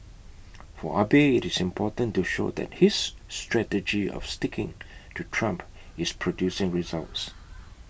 for Abe IT is important to show that his strategy of sticking to Trump is producing results